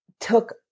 took